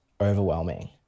overwhelming